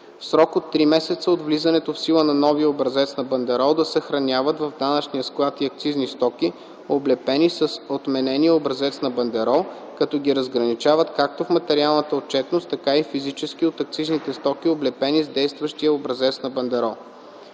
в срок до три месеца от влизането в сила на новия образец на бандерол да съхраняват в данъчния склад и акцизни стоки, облепени с отменения образец на бандерол, като ги разграничават както в материалната отчетност, така и физически от акцизните стоки, облепени с действащ образец на бандерол.